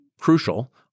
crucial –